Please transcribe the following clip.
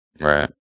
Right